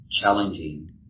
challenging